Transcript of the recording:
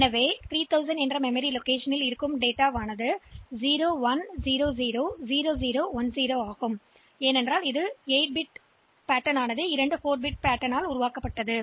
எனவே நினைவக இருப்பிடம் 3000 இல் 0 0 0 0 0 0 1 0 எனவே இது 4 பிட் பேட்டர்ன் 8 பிட் பேட்டர்ன் ஆகும் இப்போது நிரல் என்ன செய்யும்